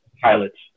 pilots